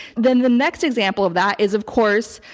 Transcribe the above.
then the next example of that is, of course,